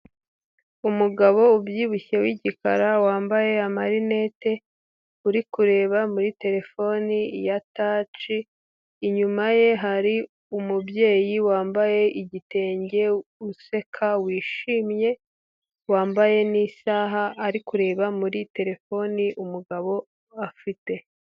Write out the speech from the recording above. Umugabo ubyibushye w'igikara wambaye marinete, uri kureba muri terefone ya taci, inyuma ye hari umubyeyi wambaye igitenge useka wishimye, wambaye n'isaha ari kureba muri terefone umugabo afite.